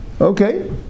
Okay